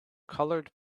colored